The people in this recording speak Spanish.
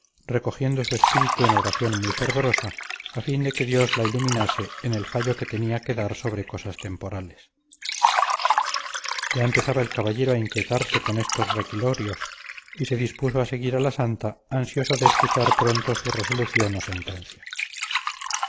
recogiendo su espíritu en oración muy fervorosa a fin de que dios la iluminase en el fallo que tenía que dar sobre cosas temporales ya empezaba el caballero a inquietarse con estos requilorios y se dispuso a seguir a la santa ansioso de escuchar pronto su resolución o sentencia